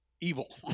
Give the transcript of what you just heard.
evil